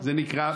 זה נקרא.